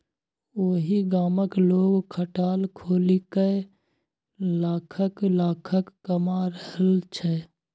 ओहि गामक लोग खटाल खोलिकए लाखक लाखक कमा रहल छै